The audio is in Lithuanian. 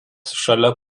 šalia